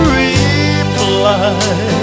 reply